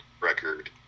record